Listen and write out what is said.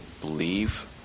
believe